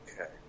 Okay